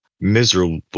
miserable